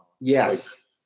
Yes